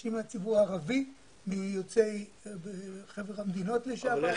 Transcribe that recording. אנשים מהציבור הערבי וחבר המדינות לשעבר.